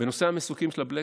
בנושא המסוקים של הבלק-הוק.